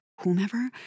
whomever